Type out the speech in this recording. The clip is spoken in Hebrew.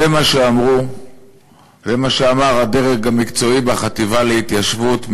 זה מה שאמר הדרג המקצועי בחטיבה להתיישבות,